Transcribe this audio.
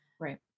right